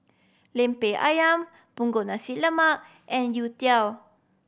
Lemper Ayam Punggol Nasi Lemak and youtiao